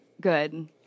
Good